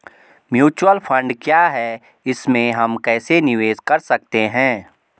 Mutual fund क्या है इसमें हम कैसे निवेश कर सकते हैं?